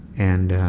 and